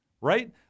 Right